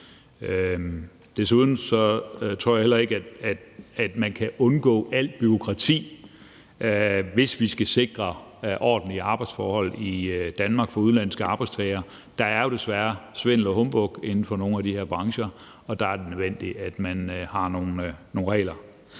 Desuden tror jeg heller ikke, at man kan undgå alt bureaukrati, hvis vi skal sikre ordentlige arbejdsforhold i Danmark for udenlandske arbejdstagere. Der er jo desværre svindel og humbug inden for nogle af de her brancher, og der er det nødvendigt, at man har nogle regler.